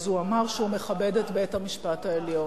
אז הוא אמר שהוא מכבד את בית-המשפט העליון.